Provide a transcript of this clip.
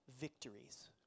victories